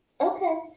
okay